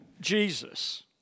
Jesus